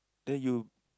then you